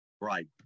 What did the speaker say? Right